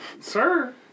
sir